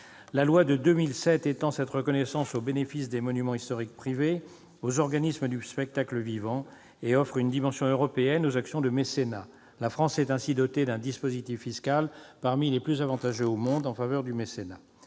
La loi de 2007 étend cette reconnaissance aux monuments historiques privés, aux organismes du spectacle vivant et ouvre une dimension européenne aux actions de mécénat. La France s'est ainsi dotée d'un dispositif fiscal parmi les plus avantageux au monde en faveur du mécénat.